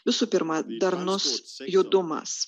visų pirma darnus judumas